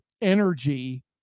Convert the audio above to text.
energy